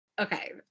okay